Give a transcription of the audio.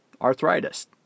arthritis